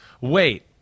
wait